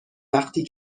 وقتی